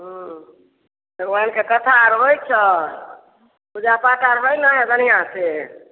हूँ भगवानके कथा आर होयत छै पूजा पाठ आर होयत ने हए बढ़िआँ से